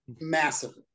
Massively